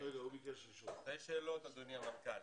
שתי שאלות, אדוני המנכ"ל.